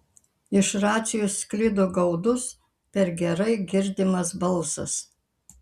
iš racijos sklido gaudus per gerai girdimas balsas